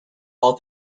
all